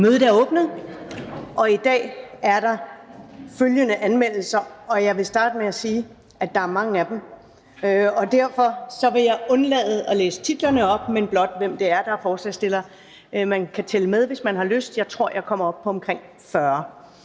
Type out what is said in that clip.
Mødet er åbnet. I dag er der følgende anmeldelser: Jeg vil starte med at sige, at der er mange af dem, og derfor vil jeg undlade at læse titlerne op, men blot fortælle, hvem det er, der er forslagsstiller. Man kan tælle med, hvis man har lyst. Jeg kommer op på omkring 40.